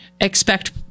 expect